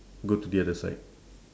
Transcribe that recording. go to the other side